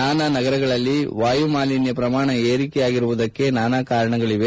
ನಾನಾ ನಗರಗಳಲ್ಲಿ ವಾಯುಮಾಲಿನ್ನ ಪ್ರಮಾಣ ಏರಿಕೆಯಾಗಿರುವುದಕ್ಕೆ ನಾನಾ ಕಾರಣಗಳವೆ